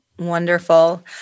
Wonderful